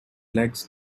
legs